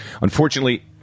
unfortunately